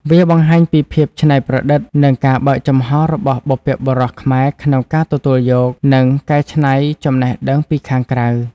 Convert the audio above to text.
វាបង្ហាញពីភាពច្នៃប្រឌិត និងការបើកចំហររបស់បុព្វបុរសខ្មែរក្នុងការទទួលយក និងកែច្នៃចំណេះដឹងពីខាងក្រៅ។